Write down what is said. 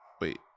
Wait